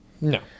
No